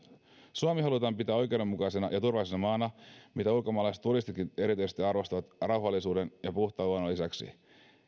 suomi halutaan pitää oikeudenmukaisena ja turvallisena maana mitä ulkomaalaisturistitkin erityisesti arvostavat rauhallisuuden ja puhtaan luonnon lisäksi